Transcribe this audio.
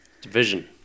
division